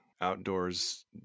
outdoors